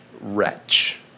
wretch